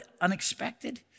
unexpected